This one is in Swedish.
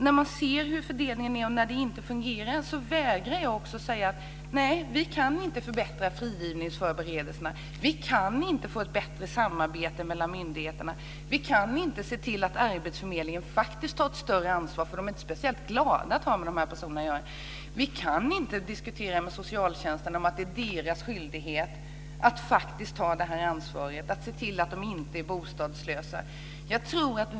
När man ser hur fördelningen är och ser att den inte fungerar vägrar jag att säga: Nej, vi kan inte förbättra frigivningsförberedelserna, vi kan inte få ett bättre samarbete mellan myndigheterna, vi kan inte se till att arbetsförmedlingen faktiskt tar ett större ansvar - de är inte speciellt glada för att ha med de här personerna att göra - vi kan inte diskutera med socialtjänsten att det är deras skyldighet att faktiskt ta det här ansvaret, att se till att de inte är bostadslösa.